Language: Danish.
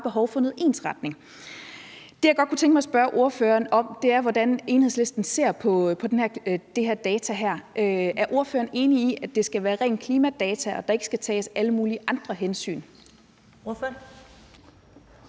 behov for noget ensretning. Det, jeg godt kunne tænke mig at spørge ordføreren om, er, hvordan Enhedslisten ser på de her data: Er ordføreren enig i, at det skal være rent klimadata, og at der ikke skal tages alle mulige andre hensyn? Kl.